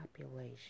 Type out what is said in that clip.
population